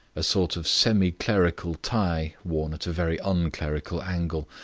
a sort of semi-clerical tie worn at a very unclerical angle,